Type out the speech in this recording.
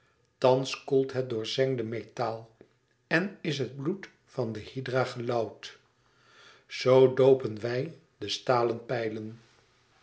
thans koelt het doorzengde metaal en is het bloed van de hydra gelauwd zoo doopen wij de stalen pijlen